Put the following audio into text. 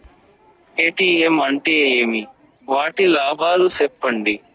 ATM అంటే ఏమి? వాటి లాభాలు సెప్పండి?